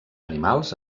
animals